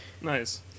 Nice